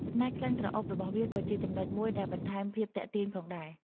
ចំណែក ក្លិនក្រអូបរបស់វាក៏ជាចំណុចមួយដែលបន្ថែមភាពទាក់ទាញផងដែរ។